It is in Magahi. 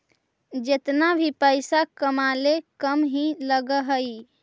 जेतना भी पइसा कमाले कम ही लग हई